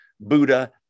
Buddha